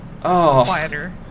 quieter